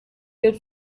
good